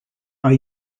are